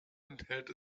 enthält